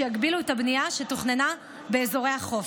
שיגבילו את הבנייה שתוכננה באזורי החוף.